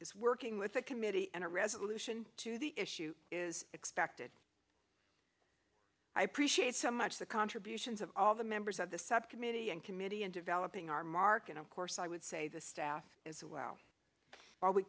is working with that committee and a resolution to the issue is expected i appreciate so much the contributions of all the members of the subcommittee and committee in developing our mark and of course i would say the staff as well while we